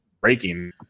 breaking